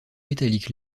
métalliques